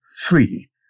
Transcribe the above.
Three